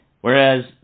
Whereas